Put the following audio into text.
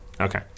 Okay